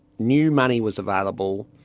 new money was available,